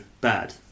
bad